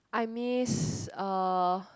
I miss uh